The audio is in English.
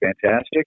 fantastic